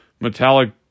metallic